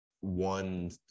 one